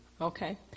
Okay